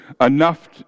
enough